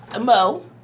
Mo